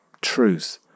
truth